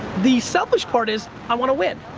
the selfish part is, i want to win.